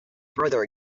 further